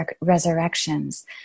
resurrections